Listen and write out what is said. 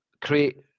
create